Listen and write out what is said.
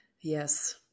yes